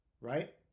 right